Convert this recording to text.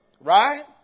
right